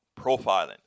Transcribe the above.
profiling